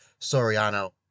soriano